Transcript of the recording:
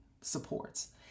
supports